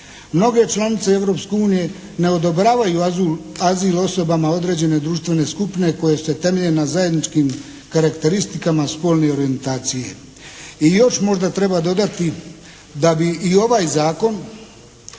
Mnoge članice Europske unije ne odobravaju azil osobama određene društvene skupine koje se temelje na zajedničkim karakteristikama spolne orijentacije. I još možda treba dodati da bi i ovaj zakon